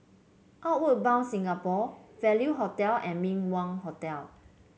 Outward Bound Singapore Value Hotel and Min Wah Hotel